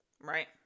right